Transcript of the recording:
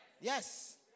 Yes